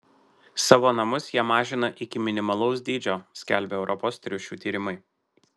savo namus jie mažina iki minimalaus dydžio skelbia europos triušių tyrimai